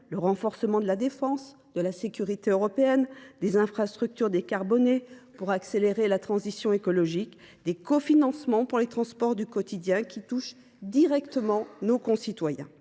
le renforcement de la défense et de la sécurité européenne, des infrastructures décarbonées pour accélérer la transition énergétique, des cofinancements pour les transports du quotidien, qui touchent directement nos concitoyens.